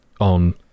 on